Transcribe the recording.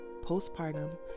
postpartum